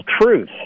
truth